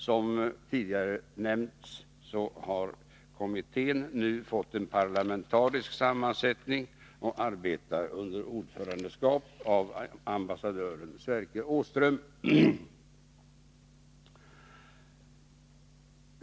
Som tidigare nämnts har kommittén nu fått en parlamentarisk sammansättning och arbetar under ordförandeskap av ambassadören Sverker Åström.